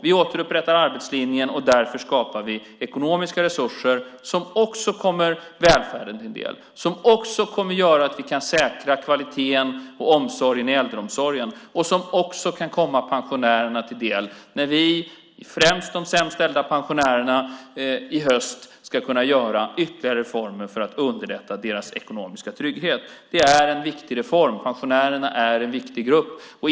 Vi återupprättar arbetslinjen, och därför skapar vi ekonomiska resurser som också kommer välfärden till del, som också kommer att göra att vi kan säkra kvaliteten i äldreomsorgen och som också kan komma pensionärerna till del, främst de sämst ställda pensionärerna, i höst när vi ska genomföra ytterligare reformer för att underlätta deras ekonomiska trygghet. Det är en viktig reform. Pensionärerna är en viktig grupp.